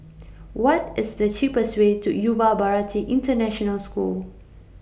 What IS The cheapest Way to Yuva Bharati International School